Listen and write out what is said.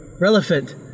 relevant